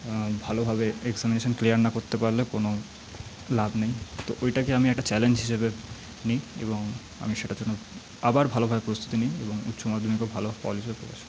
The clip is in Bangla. ভালোভাবে এক্সামিনেশান ক্লিয়ার না করতে পারলে কোনো লাভ নেই তো ওইটাকে আমি একটা চ্যালেঞ্জ হিসাবে নি এবং আমি সেটার জন্য আবার ভালোভাবে প্রস্তুতি নি এবং উচ্চ মাধ্যমিকেও ভালো ফল